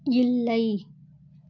இல்லை